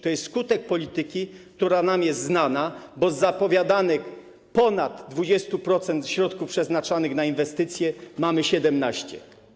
To jest skutek polityki, która jest nam znana, bo z zapowiadanych ponad 20% środków przeznaczanych na inwestycje mamy 17.